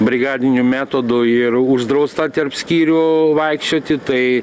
brigadiniu metodu ir uždrausta tarp skyrių vaikščioti tai